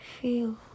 feel